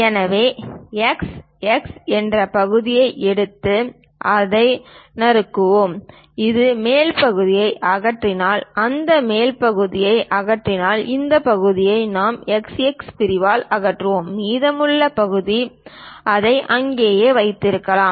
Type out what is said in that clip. எனவே x x என்ற பகுதியை எடுத்து அதை நறுக்குவோம் இந்த மேல் பகுதியை அகற்றினால் அந்த மேல் பகுதியை அகற்றினால் இந்த பகுதியை நாம் x x பிரிவால் அகற்றிவிட்டோம் மீதமுள்ள பகுதி அதை அங்கேயே வைத்திருக்கலாம்